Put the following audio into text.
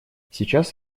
сейчас